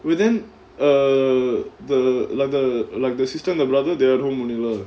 but then err the like the like the sister the brother their room only lah